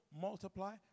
multiply